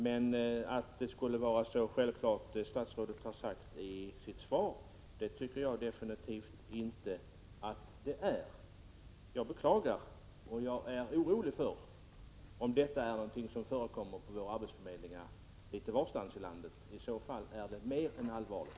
Men jag tror absolut inte det är så självklart som statsrådet säger i sitt svar att sådant inte förekommer. Jag beklagar och är orolig om detta är någonting som förekommer på våra arbetsförmedlingar litet varstans i landet. I så fall är det mer än allvarligt.